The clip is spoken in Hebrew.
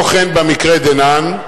לא כן במקרה דנן.